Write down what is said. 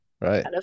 right